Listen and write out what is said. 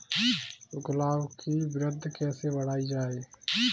गुलाब की वृद्धि कैसे बढ़ाई जाए?